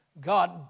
God